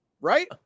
Right